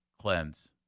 cleanse